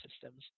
systems